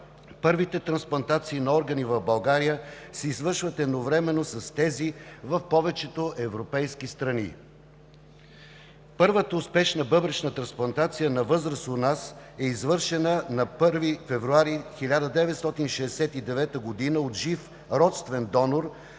Първите трансплантации на органи в България се извършват едновременно с тези в повечето европейски страни. Първата успешна бъбречна трансплантация на възрастен у нас е извършена на 1 февруари 1969 г. от жив родствен донор